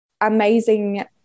amazing